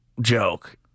joke